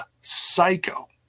Psycho